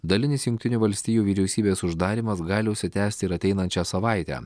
dalinis jungtinių valstijų vyriausybės uždarymas gali užsitęst ir ateinančią savaitę